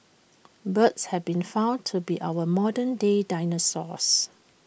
birds have been found to be our modern day dinosaurs